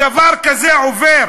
דבר כזה עובר